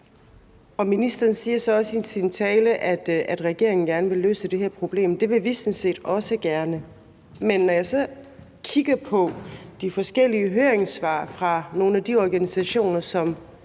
Ministeren siger så også i sin tale, at regeringen gerne vil løse det her problem, og det vil vi sådan set også gerne. Men når jeg så kigger på de forskellige høringssvar, kan jeg se, at nogle af de organisationer,